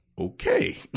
okay